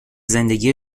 زندگی